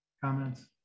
Comments